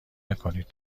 نکنید